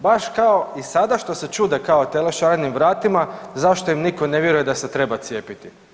Baš kao i sada što se čude kao tele šarenim vratima zašto im nitko ne vjeruje da se treba cijepiti.